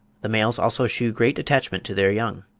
the males also shew great attachment to their young.